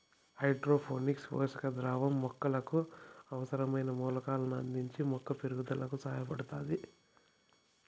hydroponics పోషక ద్రావణం మొక్కకు అవసరమైన మూలకాలను అందించి మొక్క పెరుగుదలకు సహాయపడుతాది